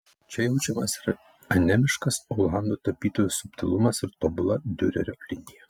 čia jaučiamas ir anemiškas olandų tapytojų subtilumas ir tobula diurerio linija